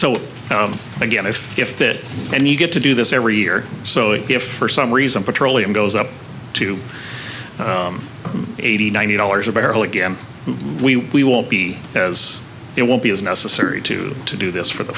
so again if if that and you get to do this every year so if for some reason petroleum goes up to eighty ninety dollars a barrel again we won't be as it won't be as necessary to to do this for the